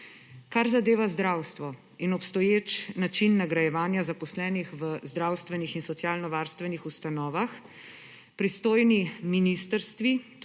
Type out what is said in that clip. Kar zadeva zdravstvo in obstoječi način nagrajevanja zaposlenih v zdravstvenih in socialnovarstvenih ustanovah, pristojni ministrstvi,